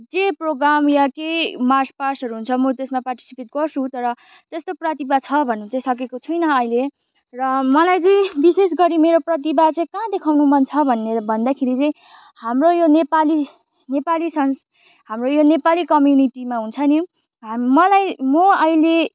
जे प्रोग्राम या केही मार्च पास्टहरू हुन्छ म त्यसमा पार्टिसिपेट गर्छु तर त्यस्तो प्रतिभा छ भन्नु चाहिँ सकेको छुइनँ अहिले र मलाई चाहिँ बिशेष गरी मेरो प्रतिभा चाहिँ कहाँ देखाउन मन छ भनेर भन्दाखेरि चाहिँ हाम्रो यो नेपाली नेपाली संस् हाम्रो यो नेपाली कम्युनिटीमा हुन्छ नि मलाई म अहिले